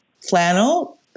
Flannel